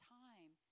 time